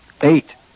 eight